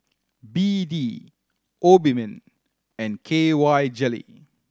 B D Obimin and K Y Jelly